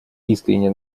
искренне